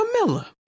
Camilla